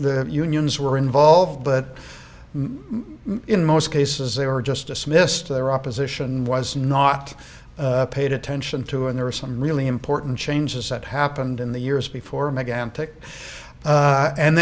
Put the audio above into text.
unions were involved but in most cases they were just dismissed their opposition was not paid attention to and there were some really important changes that happened in the years before